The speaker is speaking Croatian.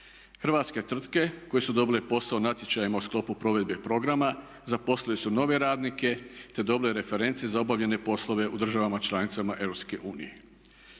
Hrvatske tvrtke koje su dobile posao natječajima u sklopu provedbe programa zaposlili su nove radnike, te dobili reference za obavljene poslove u državama članicama EU.